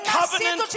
covenant